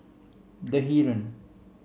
The Heeren